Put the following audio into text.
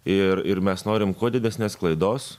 ir ir mes norim kuo didesnės klaidos